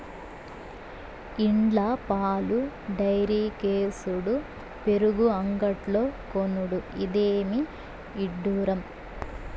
ఇండ్ల పాలు డైరీకేసుడు పెరుగు అంగడ్లో కొనుడు, ఇదేమి ఇడ్డూరం